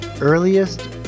earliest